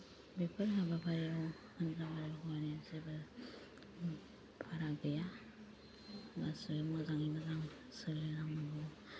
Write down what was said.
बेफोर हाबाफारियाव हिनजाव आरो हौवानि जेबो फाराग गैया गासैबो मोजाङै मोजां सोलिलांनांगौ